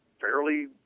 fairly